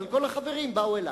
אבל כל החברים באו אלי.